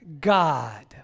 God